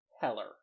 heller